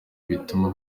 bituma